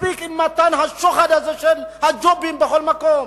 מספיק עם מתן השוחד הזה של הג'ובים בכל מקום.